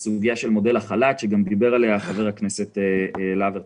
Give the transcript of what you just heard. והיא סוגיית מודל החל"ת עליה דיבר גם חבר הכנסת להב הרצנו.